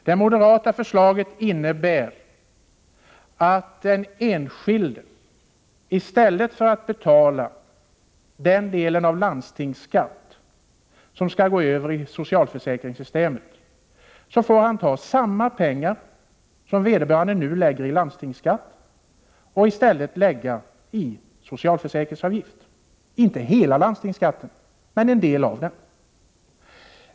Det moderata förslaget innebär att den enskilde i stället för att betala den delen av landstingsskatten som skall gå över i socialförsäkringssystemet får erlägga samma belopp i socialförsäkringsavgift — alltså inte hela landstingsskatten men en del av den.